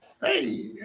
Hey